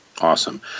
Awesome